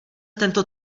tento